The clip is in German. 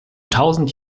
tausend